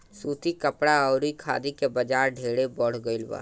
सूती कपड़ा अउरी खादी के बाजार ढेरे बढ़ गईल बा